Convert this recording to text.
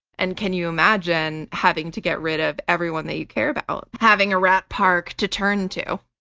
and can you imagine having to get rid of everyone that you care about? having a rat park to turn to.